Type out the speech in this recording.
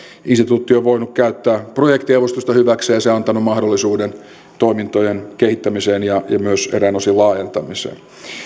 instituutti on voinut käyttää projektiavustusta hyväkseen ja se on antanut mahdollisuuden toimintojen kehittämiseen ja myös eräin osin laajentamiseen